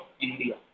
India